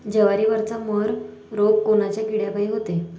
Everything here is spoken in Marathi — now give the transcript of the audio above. जवारीवरचा मर रोग कोनच्या किड्यापायी होते?